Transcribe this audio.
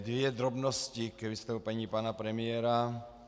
Dvě drobnosti k vystoupení pana premiéra.